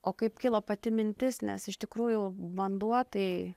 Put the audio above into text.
o kaip kilo pati mintis nes iš tikrųjų vanduo tai